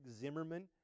Zimmerman